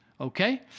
okay